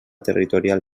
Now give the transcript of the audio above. territorial